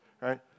right